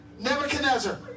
Nebuchadnezzar